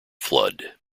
flood